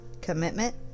commitment